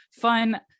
fun